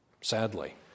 Sadly